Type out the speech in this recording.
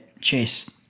chase